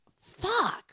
fuck